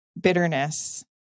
bitterness